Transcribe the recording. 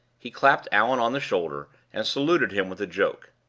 he clapped allan on the shoulder, and saluted him with a joke.